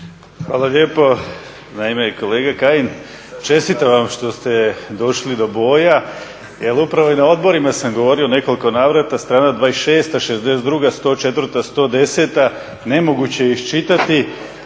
Hvala lijepo. Naime, kolega Kajin čestitam vam što ste došli do boja jer upravo i na odborima sam govorio u nekoliko navrata strana 26., 62., 104., 110. nemoguće je iščitati